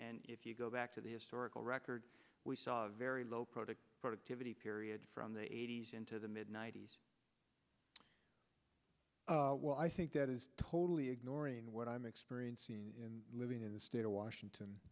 and if you go back to the historical record we saw a very low protein productivity period from the eighty's into the mid ninety's i think that is totally ignoring what i'm experiencing in living in the state of washington